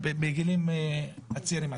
בגילאים הצעירים.